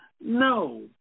No